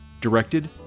directed